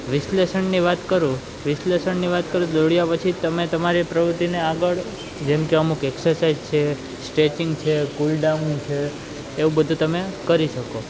વિશ્લેષણની વાત કરું વિશ્લેષણની વાત કરું દોડ્યા પછી તમે તમારી પ્રવૃત્તિને આગળ જેમકે અમુક એકસરસાઈઝ છે સ્ટ્રેચિંગ કુલ ડાઉન છે એવું બધું તમે કરી શકો